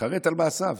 התחרט על מעשיו.